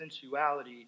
sensuality